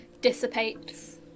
dissipates